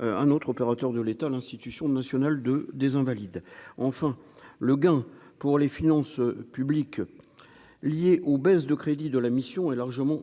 un autre opérateur de l'État, l'institution nationale de des invalides, enfin, le gain pour les finances publiques liées aux baisses de crédits de la mission est largement